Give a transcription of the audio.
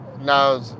now